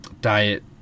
diet